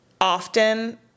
often